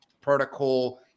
protocol